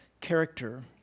character